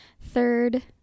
third